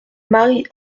marie